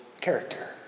character